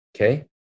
Okay